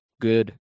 good